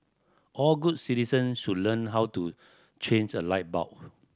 all good citizen should learn how to change a light bulb